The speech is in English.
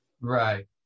Right